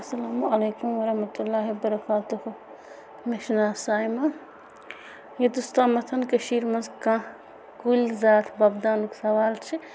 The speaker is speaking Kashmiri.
اَسَلامُ علیکُم وَرحمَتُہ اللہِ وَبَرَکاتَہُ مےٚ چھُ ناو سایمہ یوتَس تامَتھ کَشیٖرِ منٛز کانٛہہ کُلۍ ذات وۄپداونُک سَوال چھِ